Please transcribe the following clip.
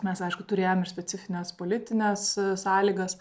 mes aišku turėjom ir specifines politines sąlygas